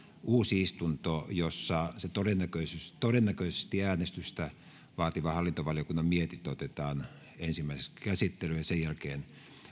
uusi istunto jossa todennäköisesti äänestystä vaativa hallintovaliokunnan mietintö otetaan ensimmäiseksi käsittelyyn ja sen jälkeen